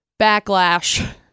backlash